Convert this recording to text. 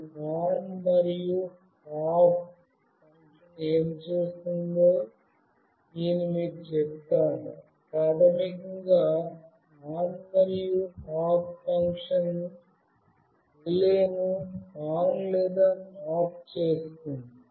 ఈ ఆన్ మరియు off function ఏమి చేస్తుందో నేను మీకు చెప్తాను ప్రాథమికంగా ఆన్ మరియు ఆఫ్ ఫంక్షన్ రిలేను ఆన్ లేదా ఆఫ్ చేస్తుంది